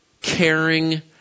caring